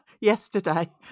Yesterday